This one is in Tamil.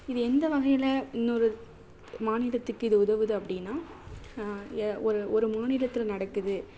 இது எந்த வகையில் இன்னொரு மாநிலத்துக்கு இது உதவுது அப்படின்னா எ ஒரு ஒரு மாநிலத்தில் நடக்குது